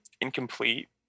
incomplete